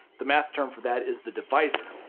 the math term for that is the divisor.